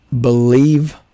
believe